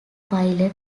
pilot